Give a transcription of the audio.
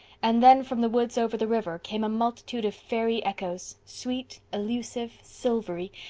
and then from the woods over the river came a multitude of fairy echoes, sweet, elusive, silvery,